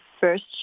first